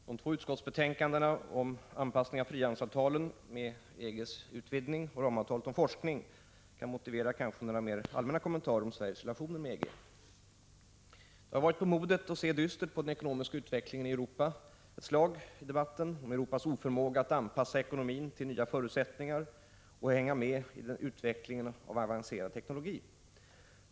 Fru talman! De två utskottsbetänkandena om anpassning och utvidgning av frihandelsavtalen med EG och ramavtalet om forskning kan kanske motivera några mer allmänna kommentarer om Sveriges relationer med EG. Det har varit på modet att se dystert på den ekonomiska utvecklingen i Europa i debatten om Europas oförmåga att anpassa ekonomin till nya förutsättningar och hänga med i utvecklingen av avancerad teknologi.